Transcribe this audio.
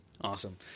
Awesome